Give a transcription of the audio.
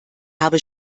habe